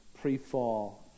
pre-fall